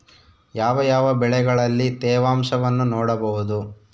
ಯಾವ ಯಾವ ಬೆಳೆಗಳಲ್ಲಿ ತೇವಾಂಶವನ್ನು ನೋಡಬಹುದು?